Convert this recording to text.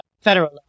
federal